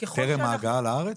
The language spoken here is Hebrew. טרם ההגעה לארץ?